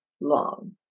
long